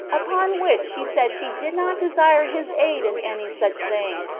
upon which she said she did not desire his aid in any such thing,